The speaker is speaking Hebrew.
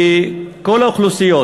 שכל האוכלוסיות,